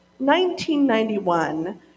1991